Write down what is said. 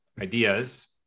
ideas